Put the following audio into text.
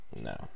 No